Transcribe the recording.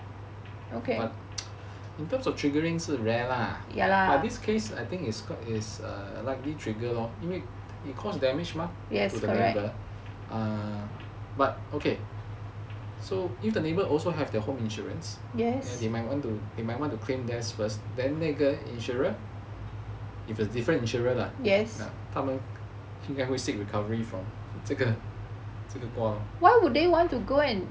but in terms of triggering 是 rare lah but this case I think is quite is a likely trigger lor 因为 you cause damage mah to the neighbour err so if the neighbour also have their home insurance and they might want to they might want to claim theirs first then 那个 insurer if it's different insurer lah 他们因该会 seek recovery from 这个瓜 lor